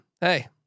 Hey